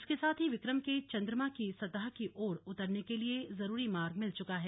इसके साथ ही विक्रम के चन्द्रमा की सतह की ओर उतरने के लिए जरूरी मार्ग मिल चुका है